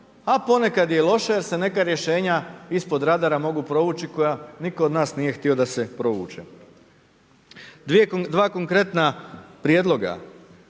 a ponekad je loše, jer se neka rješenja ispod radara mogu provući, koja nitko od nas nije htio da se provuče. Dva konkretna prijedloga,